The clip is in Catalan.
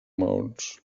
maons